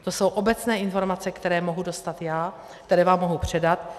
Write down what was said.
To jsou obecné informace, které mohu dostat já, které vám mohu předat.